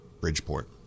Bridgeport